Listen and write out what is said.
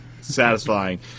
satisfying